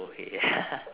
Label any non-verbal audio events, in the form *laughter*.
okay ya *laughs*